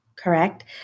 correct